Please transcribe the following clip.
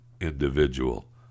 individual